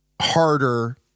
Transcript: harder